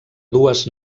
dues